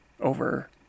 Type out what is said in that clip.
over